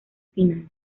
final